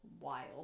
wild